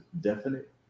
definite